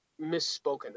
misspoken